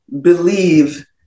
believe